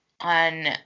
on